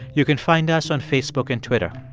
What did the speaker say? you can find us on facebook and twitter.